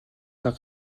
цаг